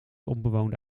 onbewoonde